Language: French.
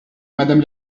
madame